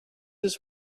his